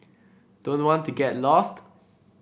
don't want to get lost